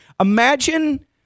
Imagine